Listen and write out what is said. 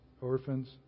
orphans